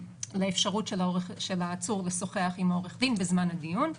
לאפשרות של העצור לשוחח עם העורך דין בזמן הדיון,